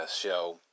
show